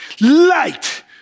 light